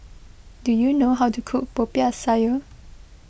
do you know how to cook Popiah Sayur